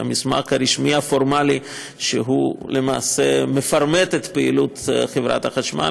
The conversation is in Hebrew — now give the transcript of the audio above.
המסמך הרשמי הפורמלי שלמעשה מפרמט את פעילות חברת החשמל,